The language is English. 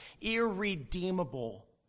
irredeemable